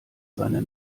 seine